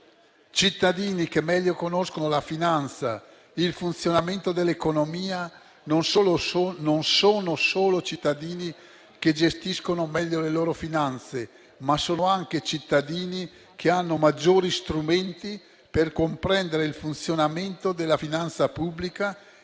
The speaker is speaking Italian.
Cittadini che meglio conoscono la finanza e il funzionamento dell'economia non sono solo cittadini che gestiscono meglio le loro finanze, ma sono anche cittadini che hanno maggiori strumenti per comprendere il funzionamento della finanza pubblica